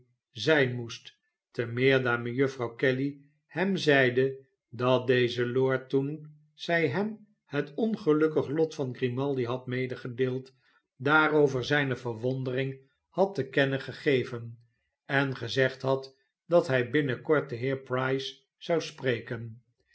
zijn moest te meer daar mejuffrouw kelly hem zeide dat deze lord toen zij hem het ongelukkig lot van grimaldi had medegedeeld daarover zijne verwondering had te kennen gegeven en gezegd had dat hij binnenkort den heer price zou spreken